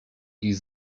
ich